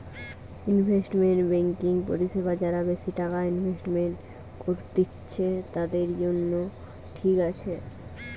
investment banking পরিষেবা যারা বেশি টাকা ইনভেস্ট করত্তিছে, তাদের জন্য ঠিক আছে